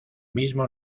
mismo